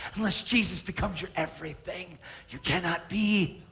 unless jesus becomes your everything you cannot be.